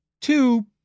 two